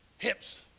Hips